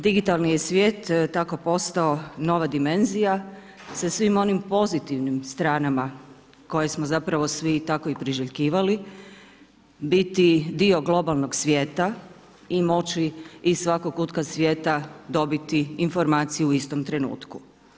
Digitalni je svijet tako postao nova dimenzija sa svim onim pozitivnim stranama koje smo zapravo svi tako i priželjkivali, biti dio globalnog svijeta i moći iz svakog kutka svijeta dobiti informaciju u istom trenutku.